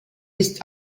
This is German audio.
ist